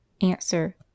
Answer